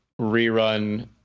rerun